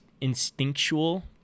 instinctual